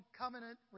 covenant